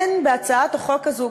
אין בהצעת החוק הזאת,